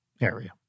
area